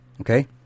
okay